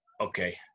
Okay